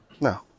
no